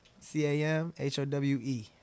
C-A-M-H-O-W-E